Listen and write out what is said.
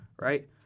Right